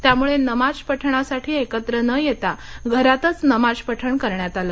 त्यामुळे नमाज पठणासाठी एकत्र न येता घरातच नमाज पठण करण्यात आलं